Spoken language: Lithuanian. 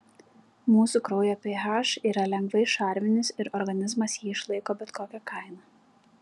mūsų kraujo ph yra lengvai šarminis ir organizmas jį išlaiko bet kokia kaina